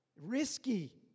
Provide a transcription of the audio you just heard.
risky